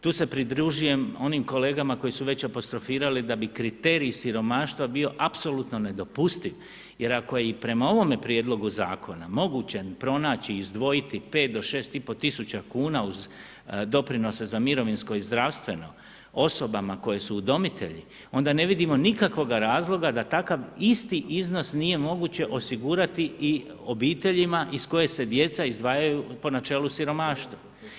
Tu se pridružujem onim kolegama koji su već apostrofirali da bi kriteriji siromaštva bio apsolutno nedopustiv jer ako je i prema ovome Prijedlogu zakona moguće pronaći izdvojiti 5 do 6 tisuća kuna uz doprinose za mirovinsko i zdravstveno osobama koji su udomitelji onda ne vidimo nikakvoga razloga da takav isti iznos nije moguće osigurati i obiteljima iz koje se djece izdvajaju po načelu siromaštva.